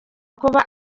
kuba